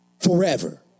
forever